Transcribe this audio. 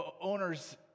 owner's